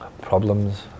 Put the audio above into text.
problems